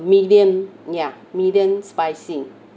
medium ya medium spicy